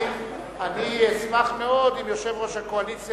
אני אשמח מאוד אם יושב-ראש הקואליציה,